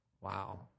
Wow